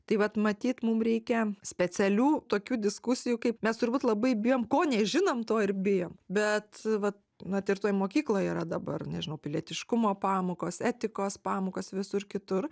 tai vat matyt mum reikia specialių tokių diskusijų kaip mes turbūt labai bijom ko nežinom to ir bijom bet va net ir toj mokykloj yra dabar nežinau pilietiškumo pamokos etikos pamokos visur kitur